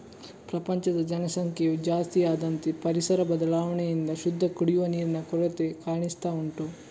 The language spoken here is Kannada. ಪ್ರಪಂಚದ ಜನಸಂಖ್ಯೆಯು ಜಾಸ್ತಿ ಆದಂತೆ ಪರಿಸರ ಬದಲಾವಣೆಯಿಂದ ಶುದ್ಧ ಕುಡಿಯುವ ನೀರಿನ ಕೊರತೆ ಕಾಣಿಸ್ತಾ ಉಂಟು